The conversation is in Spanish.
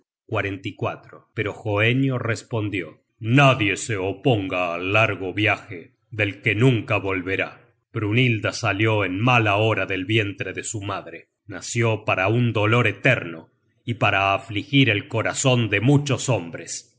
se indican brazaletes content from google book search generated at ga al largo viaje del que nunca volverá brynhilda salió en mal hora del vientre de su madre nació para un dolor eterno y para afligir el corazon de muchos hombres